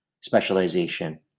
specialization